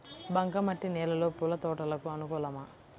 బంక మట్టి నేలలో పూల తోటలకు అనుకూలమా?